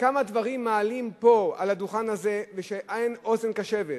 וכמה דברים מעלים פה על הדוכן הזה ואין אוזן קשבת.